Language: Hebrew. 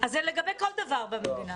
זה לגבי כל דבר במדינה.